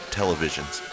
Televisions